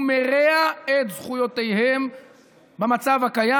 הוא מרע את זכויותיהם במצב הקיים.